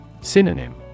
Synonym